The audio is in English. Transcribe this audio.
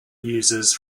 users